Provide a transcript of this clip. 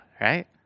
Right